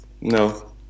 no